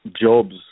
jobs